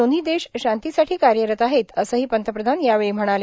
दोव्ही देश शांतीसाठी कार्यरत आहेत असंही पंतप्रधान यावेळी म्हणाले